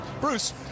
Bruce